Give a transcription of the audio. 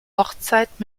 hochzeit